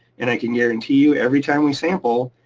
and i can guarantee you, every time we sample,